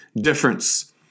difference